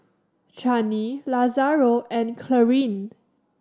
Chanie Lazaro and Clarine